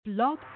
Blog